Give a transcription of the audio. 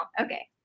Okay